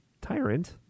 Tyrant